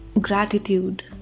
Gratitude